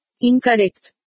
Incorrect